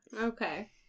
Okay